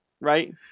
right